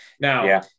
Now